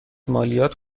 مالیات